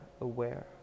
aware